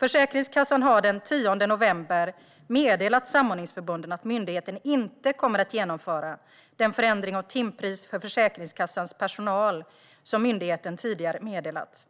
Försäkringskassan har den 10 november meddelat samordningsförbunden att myndigheten inte kommer att genomföra den förändring av timpris för Försäkringskassans personal som myndigheten tidigare meddelat.